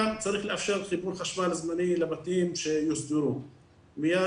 גם צריך לאפשר חיבור חשמל זמני לבתים שיוסדרו מיד,